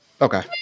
Okay